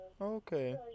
Okay